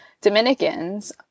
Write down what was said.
Dominicans